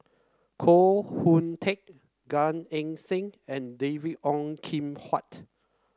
Koh Hoon Teck Gan Eng Seng and David Ong Kim Huat